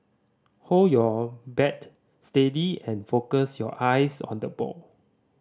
hold your bat steady and focus your eyes on the ball